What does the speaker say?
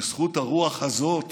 בזכות הרוח הזאת